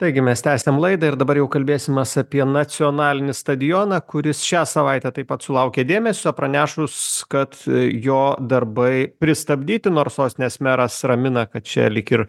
taigi mes tęsiam laidą ir dabar jau kalbėsimės apie nacionalinį stadioną kuris šią savaitę taip pat sulaukė dėmesio pranešus kad jo darbai pristabdyti nors sostinės meras ramina kad čia lyg ir